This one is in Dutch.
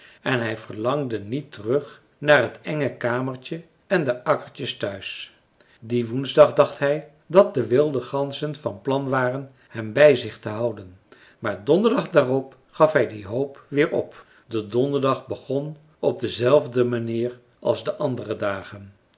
en hij verlangde niet terug naar het enge kamertje en de akkertjes thuis dien woensdag dacht hij dat de wilde ganzen van plan waren hem bij zich te houden maar donderdag daarop gaf hij die hoop weer op de donderdag begon op dezelfde manier als de andere dagen